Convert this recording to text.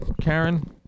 Karen